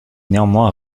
néanmoins